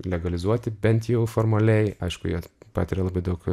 legalizuoti bent jau formaliai aišku jie patiria labai daug